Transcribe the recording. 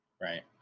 Right